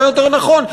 מה יותר נכון?